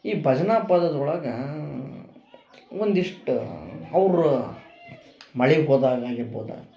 ಈ ಭಜನ ಪದದೊಳಗಾ ಒಂದಿಷ್ಟು ಅವರ ಮಳೆಗೆ ಹೋದಾಗ ಆಗಾಗಿರ್ಬೋದ